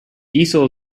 diesel